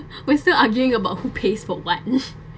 we still arguing about who pays for what